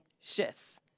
shifts